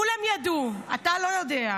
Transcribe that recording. כולם ידעו, אתה לא יודע.